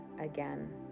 again